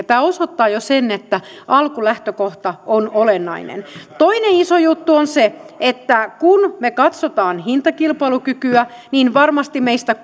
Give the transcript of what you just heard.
tämä osoittaa jo sen että alkulähtökohta on olennainen toinen iso juttu on se että kun me katsomme hintakilpailukykyä niin varmasti meistä